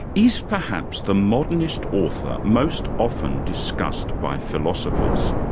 is perhaps the modernist author most often discussed by philosophers.